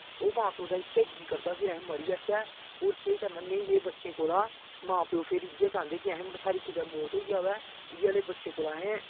ओह् मां प्यो दा इक्कै जीऽ करदा फिर अस मरी जाच्चै होर केह् करना नेह् जेह् बच्चें कोला मां प्यो फिर इ'यै चाह्ंदे कि साढ़ी कुतै मौत होई जावै इ'यै ले बच्चें कोला